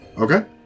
Okay